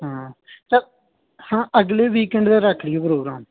ਹਾਂ ਚੱਲ ਹਾਂ ਅਗਲੇ ਵੀਕੈਂਡ ਦਾ ਰੱਖ ਲਈਏ ਪ੍ਰੋਗਰਾਮ